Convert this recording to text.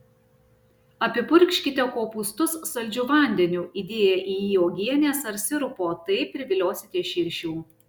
apipurkškite kopūstus saldžiu vandeniu įdėję į jį uogienės ar sirupo taip priviliosite širšių